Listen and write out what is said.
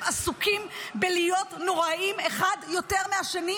הם עסוקים בלהיות נוראיים אחד יותר מהשני,